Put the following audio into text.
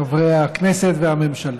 חברי הכנסת והממשלה,